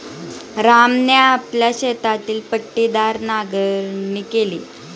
रामने आपल्या शेतातील पट्टीदार नांगरणी केली